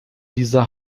dieser